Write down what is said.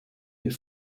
les